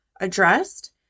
addressed